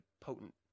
potent